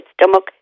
stomach